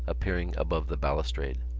appearing above the balustrade.